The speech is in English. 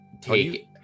take